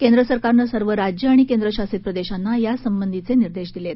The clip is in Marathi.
केंद्र सरकारानं सर्व राज्य आणि केंद्रशासित प्रदेशांना यासंबंधीचे निर्देश दिले आहेत